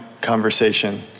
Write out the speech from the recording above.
conversation